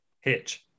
Hitch